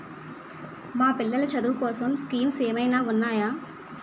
మా పిల్లలు చదువు కోసం స్కీమ్స్ ఏమైనా ఉన్నాయా?